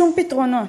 שום פתרונות.